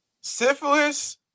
Syphilis